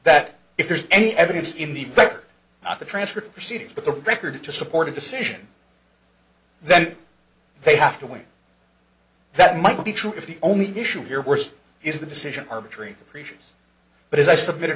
that if there's any evidence in the book not the transcript proceeding but the record to support a decision then they have to wait that might be true if the only issue here worse is the decision arbitrary capricious but as i submitted